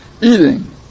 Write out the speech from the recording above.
eating